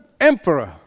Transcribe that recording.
emperor